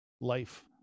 life